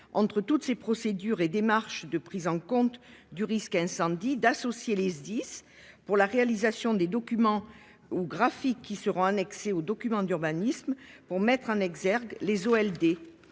entre toutes ces procédures et démarches visant à prendre en compte le risque incendie, d'associer les Sdis à la réalisation des documents ou graphiques qui seront annexés aux documents d'urbanisme pour mettre en exergue les OLD.